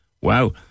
Wow